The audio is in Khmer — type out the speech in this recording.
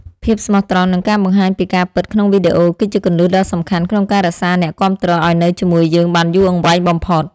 ភាពស្មោះត្រង់ និងការបង្ហាញពីការពិតក្នុងវីដេអូ គឺជាគន្លឹះដ៏សំខាន់ក្នុងការរក្សាអ្នកគាំទ្រឱ្យនៅជាមួយយើងបានយូរអង្វែងបំផុត។